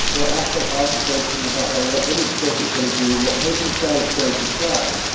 what abstract art it's going to put in the background, what image filter it's going to do, what painting style it's going to apply.